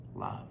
love